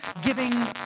giving